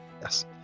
Yes